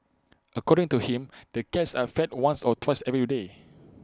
according to him the cats are fed once or twice every day